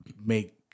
make